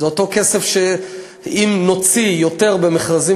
זה אותו כסף שאם נוציא יותר ממנו במכרזים